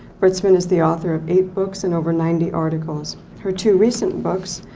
britzman is the author of eight books and over ninety articles. her two recent books,